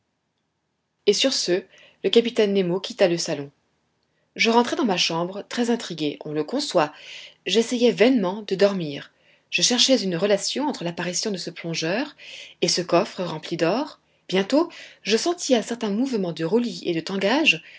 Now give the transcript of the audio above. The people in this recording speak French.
et sur ce le capitaine nemo quitta le salon je rentrai dans ma chambre très intrigué on le conçoit j'essayai vainement de dormir je cherchais une relation entre l'apparition de ce plongeur et ce coffre rempli d'or bientôt je sentis à certains mouvements de roulis et de tangage